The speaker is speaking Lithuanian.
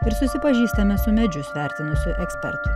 ir susipažįstame su medžius vertinusiu ekspertu